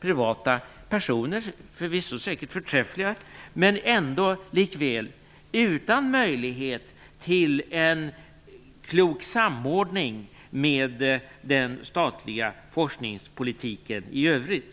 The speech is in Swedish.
privata personer, förvisso säkerligen förträffliga, men ändå likväl utan möjlighet till en klok samordning med den statliga forskningspolitiken i övrigt.